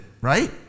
right